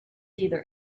either